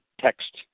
text